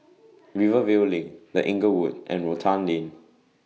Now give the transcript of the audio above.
Rivervale LINK The Inglewood and Rotan Lane